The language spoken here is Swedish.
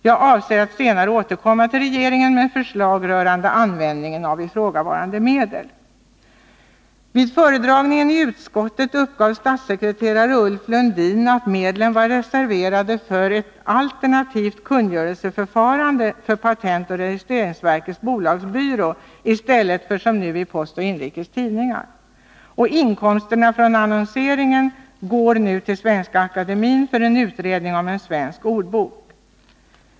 Jag avser att senare återkomma till regeringen med förslag rörande användningen av ifrågavarande medel.” Vid föredragning i utskottet uppgav statssekreterare Ulf Lundin att medlen var reserverade för ett alternativt kungörelseförfarande för patentoch registreringsverkets bolagsbyrå i stället för som nu i Postoch Inrikes Tidningar. Inkomsterna från annonseringen går nu till Svenska Akademien för en utredning om en svensk ordbok.